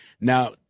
Now